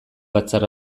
batzar